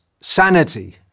sanity